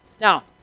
Now